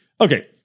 Okay